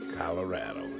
Colorado